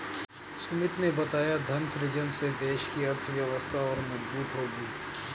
सुमित ने बताया धन सृजन से देश की अर्थव्यवस्था और मजबूत होगी